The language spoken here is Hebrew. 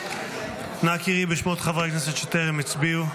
בעד נא קראי בשמות חברי הכנסת שטרם הצביעו.